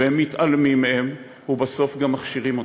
ומתעלמים מהם ובסוף גם מכשירים אותם.